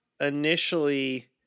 initially